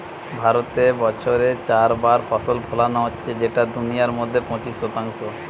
ভারতে বছরে চার বার ফসল ফোলানো হচ্ছে যেটা দুনিয়ার মধ্যে পঁচিশ শতাংশ